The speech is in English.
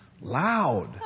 loud